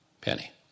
penny